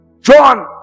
John